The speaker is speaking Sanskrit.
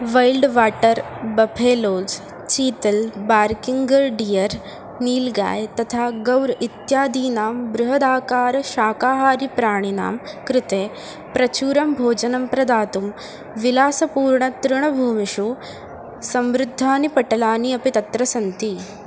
wild water buffaloes chital barking deer nilgai तथा गौर् इत्यादीनां बृहदाकारशाकाहारीप्राणिनां कृते प्रचूरं भोजनं प्रदातुं विलासपूर्णतृणभूमिषु समृद्धानि पटलानि अपि तत्र सन्ति